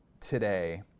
today